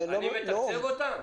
אני מתקצב אותן?